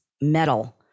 metal